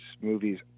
movies